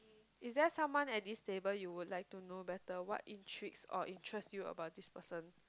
is there someone at this table you would like to know better what intrigues or interest you about this person